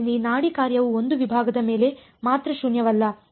ಆದ್ದರಿಂದ ಈ ನಾಡಿ ಕಾರ್ಯವು ಒಂದು ವಿಭಾಗದ ಮೇಲೆ ಮಾತ್ರ ಶೂನ್ಯವಲ್ಲ